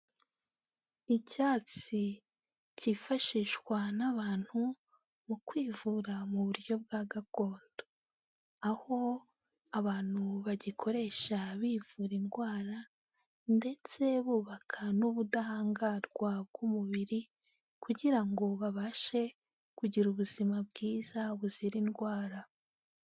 Icyatsi cyifashishwa n'abantu mu kwivura mu buryo bwa gakondo. Aho abantu bagikoresha bivura indwara ndetse bubaka n'ubudahangarwa bw'umubiri, kugira ngo babashe kugira ubuzima bwiza buzira indwara.